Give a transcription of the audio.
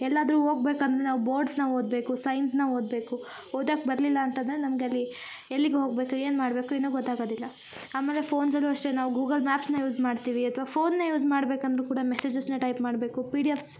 ಎಲ್ಲಾದರು ಹೋಗ್ಬೇಕಂದ್ರೆ ನಾವು ಬೋರ್ಡ್ಸ್ನ ಓದಬೇಕು ಸೈನ್ಸ್ನ ಓದಬೇಕು ಓದಾಕ್ಕೆ ಬರಲಿಲ್ಲ ಅಂತಂದರೆ ನಮಗಲ್ಲಿ ಎಲ್ಲಿಗ ಹೋಗಬೇಕು ಏನು ಮಾಡಬೇಕು ಇನ್ನು ಗೊತ್ತಾಗದಿಲ್ಲ ಆಮೇಲೆ ಫೋನ್ಸಲ್ಲೂ ಅಷ್ಟೆ ನಾವು ಗೂಗಲ್ ಮ್ಯಾಪ್ಸ್ನ ಯೂಝ್ ಮಾಡ್ತೀವಿ ಅಥ್ವ ಫೋನ್ನ ಯೂಝ್ ಮಾಡ್ಬೇಕು ಅಂದರೂ ಕೂಡ ಮೆಸೇಜಸ್ನ ಟೈಪ್ ಮಾಡಬೇಕು ಪಿಡಿಎಫ್ಸ್